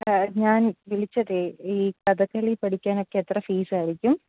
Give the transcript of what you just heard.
ഞാൻ വിളിച്ചതേ ഈ കഥകളി പഠിക്കാനൊക്കെ എത്ര ഫീസ് ആയിരിക്കും